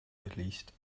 released